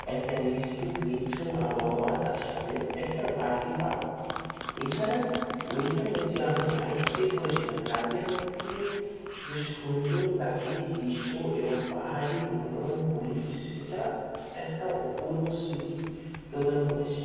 একটা নিশ্চুপ নিঝ্যুম আবহাওয়া তার সাথে একটা বাড়তি পাওয়া এছাড়া ওইখানে যে আমরা নাইট স্টে করেছিলাম রাতের মধ্যে যে সুন্দর প্রাকৃতিক দৃশ্য এবং পাহাড়ের মনোরম পরিবেশ সেটা একটা অপূর্ব স্মৃতি প্রদান করেছে